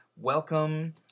welcome